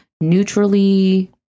neutrally